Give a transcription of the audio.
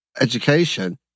education